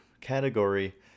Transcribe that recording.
category